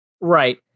Right